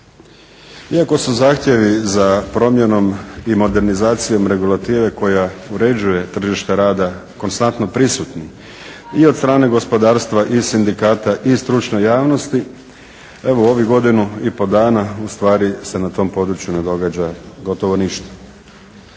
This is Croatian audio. Iako su zahtjevi za promjenom i modernizacijom regulative koja uređuje tržište rada konstantno prisutni i od strane gospodarstva i sindikata i stručne javnosti, evo u ovih godinu i pol dana ustvari se na tom području ne događa gotovo ništa.